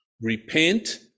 Repent